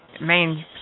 main